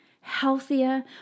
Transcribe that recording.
healthier